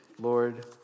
Lord